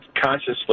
consciously